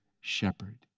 shepherd